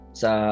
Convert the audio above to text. sa